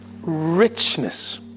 richness